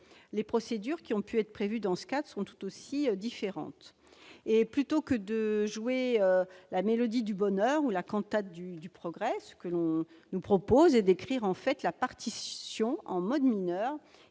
les procédures qui ont pu être prévues dans ce cadre le sont tout autant. Plutôt que de jouer la mélodie du bonheur ou la cantate du progrès, on nous propose ici d'écrire la partition, en mode mineur